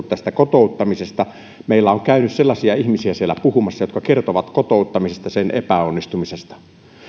tästä kotouttamisesta meillä on käynyt sellaisia ihmisiä siellä puhumassa jotka kertovat kotouttamisesta sen epäonnistumisesta